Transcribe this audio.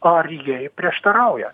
ar jai prieštarauja